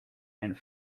and